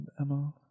Emma